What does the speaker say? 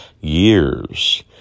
years